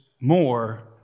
more